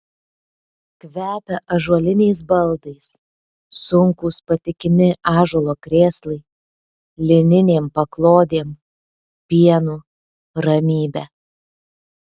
kvepia ąžuoliniais baldais sunkūs patikimi ąžuolo krėslai lininėm paklodėm pienu ramybe